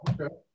Okay